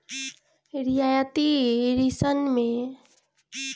रियायती ऋण में छूट मिलत हवे